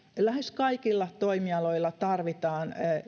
lähes kaikilla toimialoilla tarvitaan